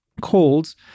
called